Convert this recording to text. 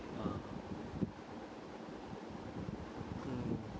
uh hmm